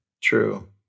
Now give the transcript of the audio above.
True